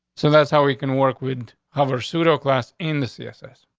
so that's how we can work with hover pseudo class in the css.